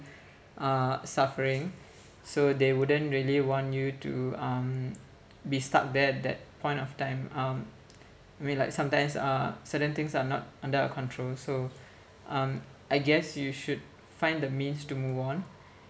uh suffering so they wouldn't really want you to um be stuck there at that point of time um mean like sometimes uh certain things are not under our control so um I guess you should find the means to move on